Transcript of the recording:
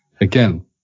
Again